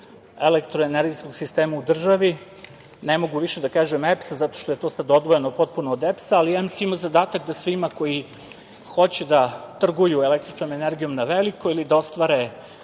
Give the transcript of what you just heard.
elektroenergetskog sistema u državi. Ne mogu više da kažem EPS zato što je to sad odvojeno potpuno od EPS, ali EMS ima zadatak da svima koji hoće da trguju električnom energijom na veliko ili da ostvare